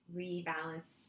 rebalance